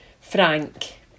frank